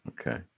Okay